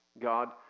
God